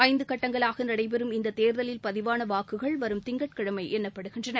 ஐந்து கட்டங்களாக நடைபெறும் இந்த தேர்தலில் பதிவான வாக்குகள் வரும் திங்கட்கிழமை எண்ணப்படுகின்றன